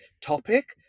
topic